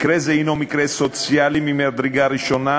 מקרה זה הוא מקרה סוציאלי ממדרגה ראשונה,